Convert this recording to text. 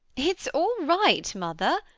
it's all right, mother.